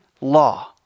law